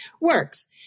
works